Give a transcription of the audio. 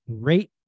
great